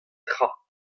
tra